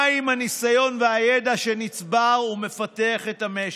מה עם הניסיון והידע שנצברו ומפתחים את המשק?